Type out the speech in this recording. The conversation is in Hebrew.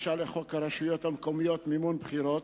לחוק הרשויות המקומיות (מימון בחירות),